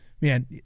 man